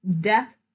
death